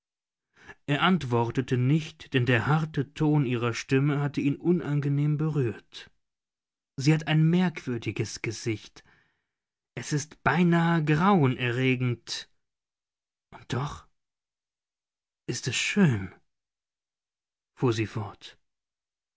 er antwortete nicht denn der harte ton ihrer stimme hatte ihn unangenehm berührt sie hat ein merkwürdiges gesicht es ist beinahe grauenerregend und doch ist es schön fuhr sie fort